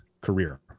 career